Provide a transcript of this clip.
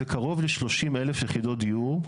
זה קרוב ל-30,000 יחידות דיור,